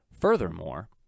Furthermore